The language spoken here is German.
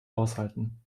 aushalten